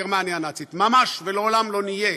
גרמניה הנאצית, ממש, ולעולם לא נהיה.